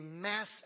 mass